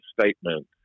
statement